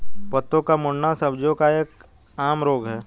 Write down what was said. पत्तों का मुड़ना सब्जियों का एक आम रोग है